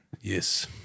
yes